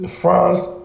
France